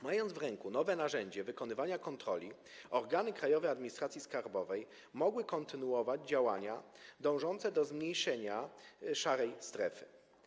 Mając w ręku nowe narzędzia wykonywania kontroli, organy Krajowej Administracji Skarbowej mogły kontynuować działania dążące do zmniejszenia szarej strefy.